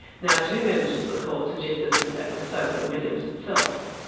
now, two members of the court suggested that that was so, and williams itself,